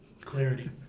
Clarity